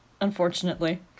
Unfortunately